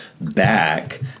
back